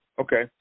Okay